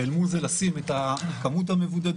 ואל מול זה לשים את כמות המבודדים,